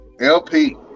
LP